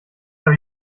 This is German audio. habe